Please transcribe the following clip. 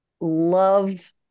love